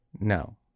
No